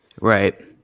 Right